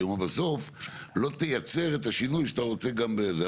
כי הוא אומר בסוף לא תייצר את השינוי שאתה רוצה גם בזה.